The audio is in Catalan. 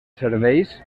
serveis